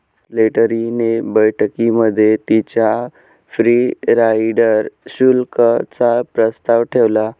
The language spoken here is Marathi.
स्लेटरी ने बैठकीमध्ये तिच्या फ्री राईडर शुल्क चा प्रस्ताव ठेवला